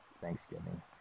Thanksgiving